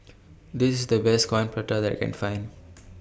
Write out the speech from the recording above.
This IS The Best Coin Prata that I Can Find